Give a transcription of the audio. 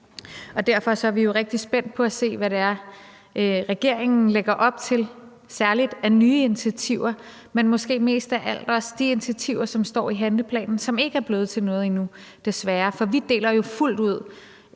Derfor er vi jo rigtig spændt på at se, hvad det er, regeringen lægger op til, særligt af nye initiativer, men måske mest af alt også de initiativer, som står i handleplanen, som ikke er blevet til noget endnu, desværre. For vi deler jo fuldt ud